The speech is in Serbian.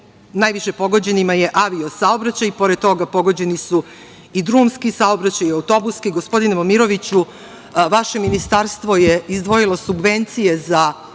najviše pogođenima je avio saobraćaj. Pored toga, pogođeni su i drumski saobraćaj, autobuski. Gospodine